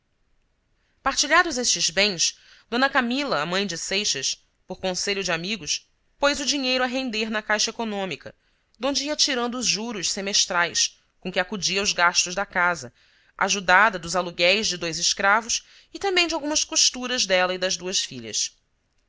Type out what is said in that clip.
escravos partilhados estes bens d camila a mãe de seixas por conselho de amigos pôs o dinheiro a render na caixa econômica donde ia tirando os juros semestrais com que acudia aos gastos da casa ajudada dos aluguéis de dois escravos e também de algumas costuras dela e das duas filhas